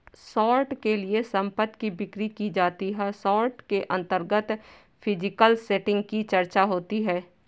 short के लिए संपत्ति की बिक्री की जाती है शॉर्ट के अंतर्गत फिजिकल सेटिंग की चर्चा होती है